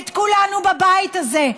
את כולנו בבית הזה,